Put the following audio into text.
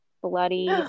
bloody